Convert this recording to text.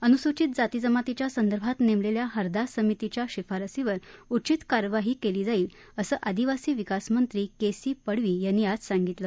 अनुसूचित जातीजमातीच्या संदर्भात नेमलेल्या हरदास समितीच्या शिफारसीवर उचित कार्यवाही केली जाईल असं आदिवासी विकास मंत्री के सी पडवी यांनी आज सांगितलं